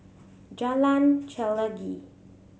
Jalan Chelagi